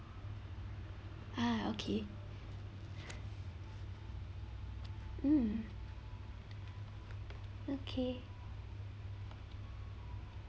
ah okay mm okay